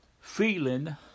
Feeling